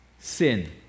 sin